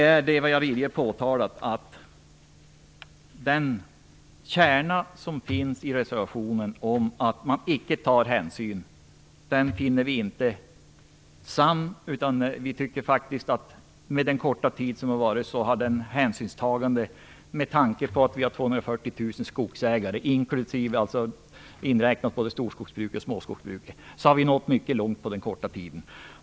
Vi finner att den kärna som finns i reservationen som går ut på att man icke tar hänsyn inte är sann. Med tanke på den korta tid som har förflutit har vi nått mycket långt, om man tar hänsyn till att det finns 40 000 skogsägare, både storskogsbruk och småskogsbruk inräknade.